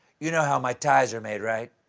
you know how my ties are made, right?